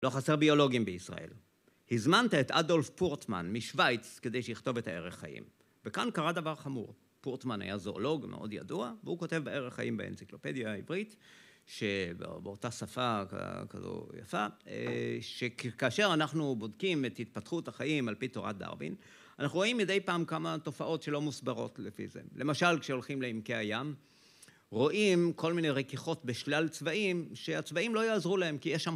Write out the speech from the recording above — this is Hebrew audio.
לא חסר ביולוגים בישראל. הזמנת את אדולף פורטמן משוויץ כדי שיכתוב את הערך חיים. וכאן קרה דבר חמור. פורטמן היה זואולוג מאוד ידוע, והוא כותב בערך החיים באנציקלופדיה העברית, שבאותה שפה כזו יפה, שכאשר אנחנו בודקים את התפתחות החיים על פי תורת דרווין, אנחנו רואים מדי פעם כמה תופעות שלא מוסברות לפי זה. למשל, כשהולכים לעמקי הים, רואים כל מיני רכיכות בשלל צבעים, שהצבעים לא יעזרו להם. כי יש שם...